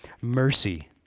mercy